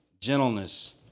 gentleness